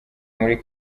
muri